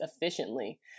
efficiently